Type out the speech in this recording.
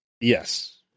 Yes